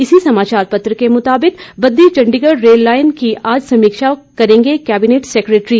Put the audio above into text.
इसी समाचार पत्र के मुताबिक बद्दी चंडीगढ़ रेल लाइन की आज समीक्षा करेंगे कैबिनेट सेक्रेटरी